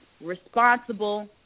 responsible